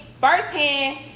firsthand